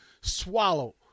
swallow